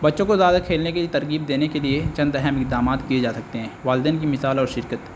بچوں کو زیادہ کھیلنے کے لیے ترغب دینے کے لیے چند اہم اقدامات کیے جا سکتے ہیں والدین کی مثال اور شرکت